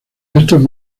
estos